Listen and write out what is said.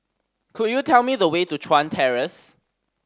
could you tell me the way to Chuan Terrace